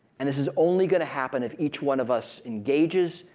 and this is only gonna happen if each one of us engages,